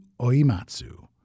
Oimatsu